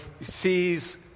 sees